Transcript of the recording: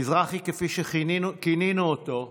מזרחי, כפי שכינינו אותו,